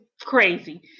crazy